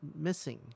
missing